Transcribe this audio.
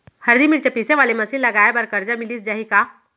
हरदी, मिरचा पीसे वाले मशीन लगाए बर करजा मिलिस जाही का?